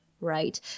right